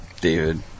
David